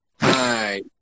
Hi